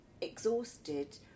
exhausted